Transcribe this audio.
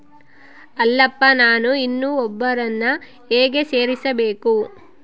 ಅಲ್ಲಪ್ಪ ನಾನು ಇನ್ನೂ ಒಬ್ಬರನ್ನ ಹೇಗೆ ಸೇರಿಸಬೇಕು?